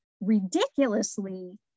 ridiculously